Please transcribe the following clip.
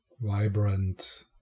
vibrant